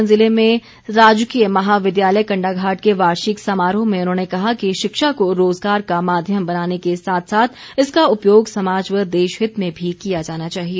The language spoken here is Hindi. सोलन जिले में राजकीय महाविद्यालय कंडाघाट के वार्षिक समारोह में उन्होंने कहा कि शिक्षा को रोजगार का माध्यम बनाने के साथ साथ इसका उपयोग समाज व देशहित में भी किया जाना चाहिए